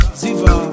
ziva